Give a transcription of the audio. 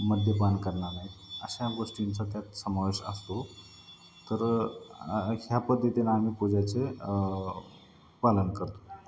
मद्यपान करणार नाही अशा गोष्टींचा त्यात समावेश असतो तर ह्या पद्धतीने आम्ही पूजेचे पालन करतो